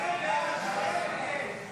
כהצעת הוועדה, נתקבלו.